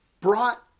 brought